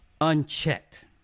unchecked